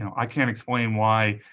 i can't explain why